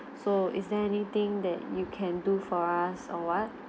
so is there anything that you can do for us or what